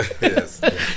Yes